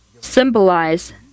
symbolize